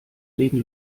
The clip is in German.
legen